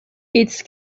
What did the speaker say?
its